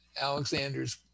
Alexander's